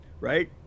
right